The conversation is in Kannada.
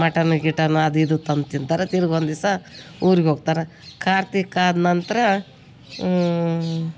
ಮಟನ್ ಗಿಟನ್ನು ಅದು ಇದು ತಂದು ತಿಂತಾರೆ ತಿರ್ಗ ಒಂದು ದಿವ್ಸ ಊರಿಗೆ ಹೋಗ್ತಾರ ಕಾರ್ತೀಕ ಆದ್ನಂತರ